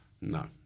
No